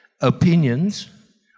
opinions